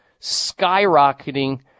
skyrocketing